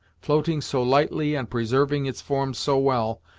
floating so lightly, and preserving its form so well,